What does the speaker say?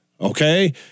okay—